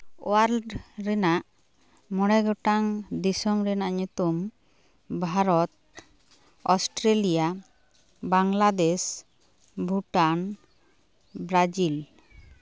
world ᱨᱮᱱᱟᱜ ᱢᱚᱲᱮ ᱜᱚᱴᱟᱱ ᱫᱤᱥᱚᱢ ᱨᱮᱱᱟᱜ ᱧᱩᱛᱩᱢ ᱵᱷᱟᱨᱚᱛ ᱚᱥᱴᱨᱮᱞᱤᱭᱟ ᱵᱟᱝᱞᱟᱫᱮᱹᱥ ᱵᱷᱩᱴᱟᱱ ᱵᱨᱟᱡᱤᱞ